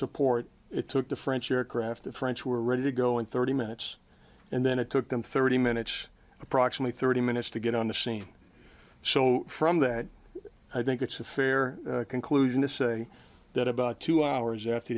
support it took the french aircraft the french were ready to go in thirty minutes and then it took them thirty minutes approximately thirty minutes to get on the scene so from that i think it's a fair conclusion to say that about two hours after